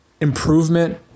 Improvement